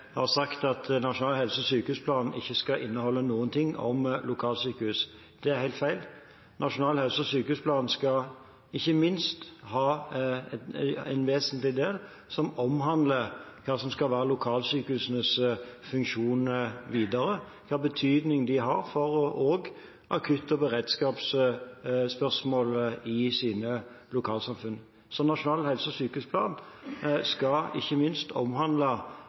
jeg har sagt at nasjonal helse- og sykehusplan ikke skal inneholde noen ting om lokalsykehus. Det er helt feil. Nasjonal helse- og sykehusplan skal ikke minst ha en vesentlig del som omhandler hva som skal være lokalsykehusenes funksjon videre, og hvilken betydning de har også for akutt- og beredskapsspørsmål i sine lokalsamfunn. Så nasjonal helse- og sykehusplan skal ikke minst omhandle